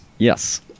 Yes